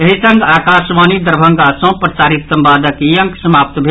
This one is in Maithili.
एहि संग आकाशवाणी दरभंगा सँ प्रसारित संवादक ई अंक समाप्त भेल